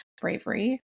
bravery